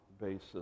basis